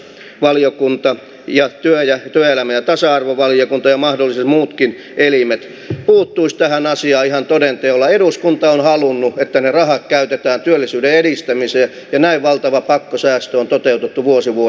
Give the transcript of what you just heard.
viestintävaliokunnan sivistysvaliokunnan talousvaliokunnan ja työelämä ja tasa arvovaliokunta ja mahdolliset muutkin pelimme kulutus tähän asiaa ja toden teolla eduskunta on halunnut että ne rahat käytetään työllisyyden edistämiseen ja näin valtava pakkosäästö on toteutettu vuo si vuo